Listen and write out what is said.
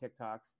TikToks